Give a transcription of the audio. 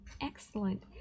Excellent